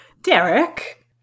Derek